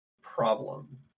problem